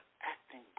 acting